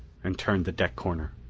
and turned the deck corner.